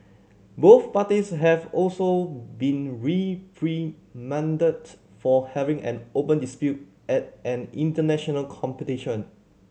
both parties have also been reprimanded for having an open dispute at an international competition